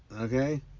Okay